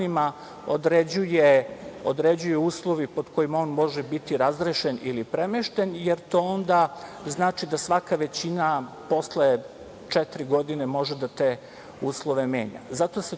određuju uslovi pod kojima on može biti razrešen ili premešten, jer to onda znači da svaka većina posle četiri godine može da te uslove menja. Zato se to, na